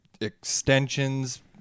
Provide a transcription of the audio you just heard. extensions